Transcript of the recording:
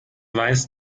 weiß